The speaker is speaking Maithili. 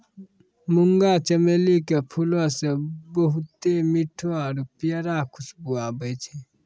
मुंगा चमेली के फूलो से बहुते मीठो आरु प्यारा खुशबु आबै छै